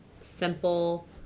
simple